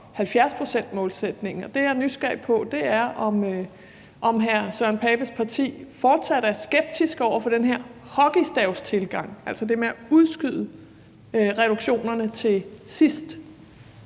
70-procentsmålsætningen. Og det, jeg er nysgerrig på, er, om hr. Søren Pape Poulsens parti fortsat er skeptisk over for den her hockeystavstilgang, altså det med at udskyde reduktionerne til sidst